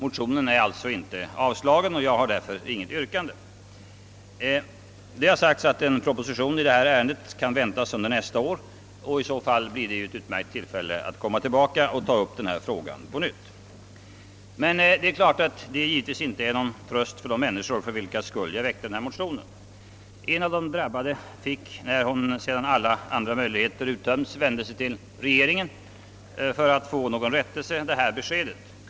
Motionen är alltså inte avstyrkt, och jag har därför inte något yrkande. Det har sagts att en proposition i detta ärende kan väntas under nästa år. I så fall blir det ett utmärkt tillfälle att ta upp denna fråga på nytt. Givetvis är detta inte någon tröst för de människor, för vilkas skull jag väckte denna motion. En av de drabbade fick när hon, sedan alla andra möjligheter uttömts, vände sig till regeringen för att få någon rättelse detta besked: »Kungl.